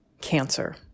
cancer